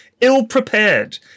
ill-prepared